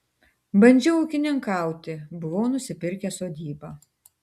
bandžiau ūkininkauti buvau nusipirkęs sodybą